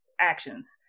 actions